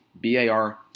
B-A-R